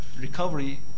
recovery